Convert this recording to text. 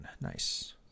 Nice